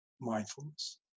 mindfulness